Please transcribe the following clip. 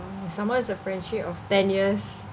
some more is a friendship of ten years